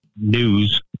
news